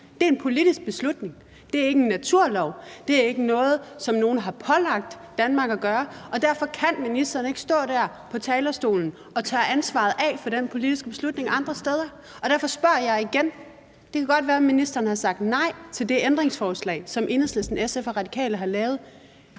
Det er en politisk beslutning, det er ikke en naturlov, det er ikke noget, som nogen har pålagt Danmark at gøre, og derfor kan ministeren ikke stå der på talerstolen og tørre ansvaret af for den politiske beslutning andre steder. Derfor spørger jeg igen: Det kan godt være, ministeren har sagt nej til det ændringsforslag, som Enhedslisten, SF og Radikale har lavet,